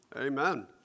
Amen